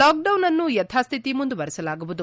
lockdown ಅನ್ನು ಯಥಾಸ್ಥಿತಿ ಮುಂದುವರಿಸಲಾಗುವುದು